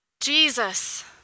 jesus